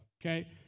okay